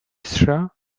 сша